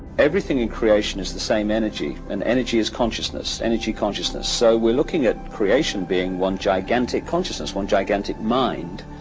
everything in creation is the same energy, and energy is consciousness. energy consciousness. so we are looking at creation being one gigantic consciousness, one gigantic mind,